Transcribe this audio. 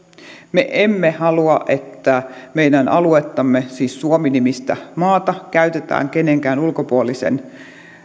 me emme halua että meidän aluettamme siis suomi nimistä maata käytetään kenenkään ulkopuolisen